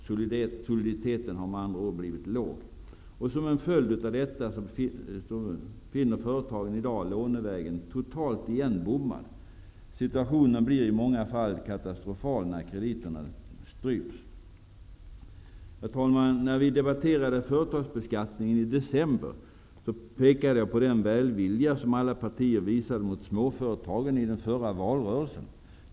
Soliditeten har med andra ord blivit låg. Som en följd av detta finner företagen i dag lånevägen totalt igenbommad. Situationen blir i många fall katastrofal när krediterna stryps. Herr talman! När vi debatterade företagsbeskattningen i december pekade jag på den välvilja som alla partier visade mot småföretagen i den förra valrörelsen.